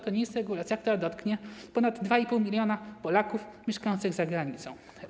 To nie jest regulacja, która dotknie ponad 2,5 mln Polaków mieszkających za granicą.